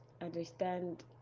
understand